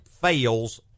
fails